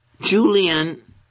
Julian